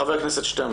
חבר הכנסת שטרן,